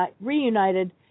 reunited